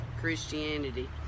christianity